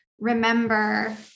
remember